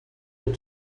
with